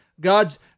God's